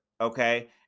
okay